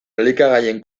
elikagaien